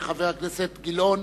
חבר הכנסת גילאון,